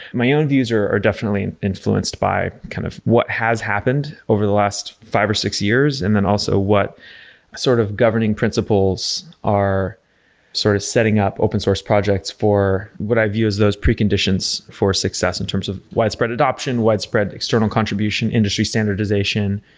my own views are definitely influenced by kind of what has happened over the last five or six years and then also what sort of governing principles are sort of setting up open source projects for what i view as those preconditions for success in terms of widespread adoption, widespread external contribution, industry standardization,